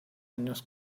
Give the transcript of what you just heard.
años